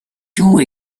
too